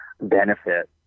benefit